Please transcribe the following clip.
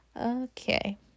okay